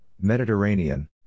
Mediterranean